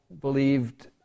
believed